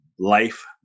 Life